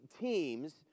teams